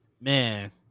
man